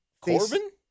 Corbin